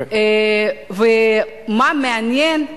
ומה מעניין,